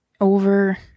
over